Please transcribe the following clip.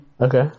Okay